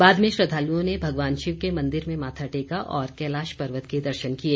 बाद में श्रद्वालुओं ने भगवान शिव के मन्दिर में माथा टेका और कैलाश पर्वत के दर्शन किए